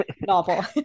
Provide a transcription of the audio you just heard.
novel